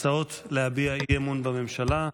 הצעות להביע אי-אמון בממשלה.